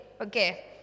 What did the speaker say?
Okay